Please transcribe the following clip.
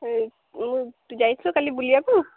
ମୁଁ ତୁ ଯାଇଥିଲୁ କାଲି ବୁଲିବାକୁ